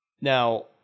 Now